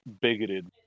bigoted